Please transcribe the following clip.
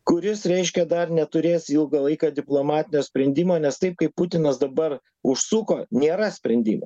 kuris reiškia dar neturės ilgą laiką diplomatinio sprendimo nes taip kaip putinas dabar užsuko nėra sprendimo